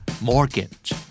Mortgage